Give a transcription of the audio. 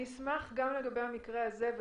אני אשמח לבדוק גם לגבי המקרה הזה אם